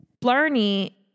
Blarney